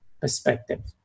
perspective